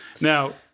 Now